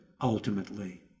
ultimately